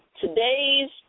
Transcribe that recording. today's